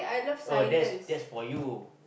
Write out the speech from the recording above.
oh that's that's for you